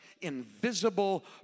invisible